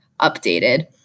updated